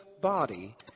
body